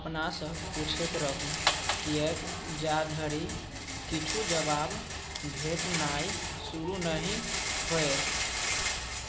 अपनासँ पूछैत रहू किएक जाधरि किछु जवाब भेटनाइ शुरू नहि होअए